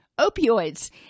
opioids